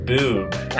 Boob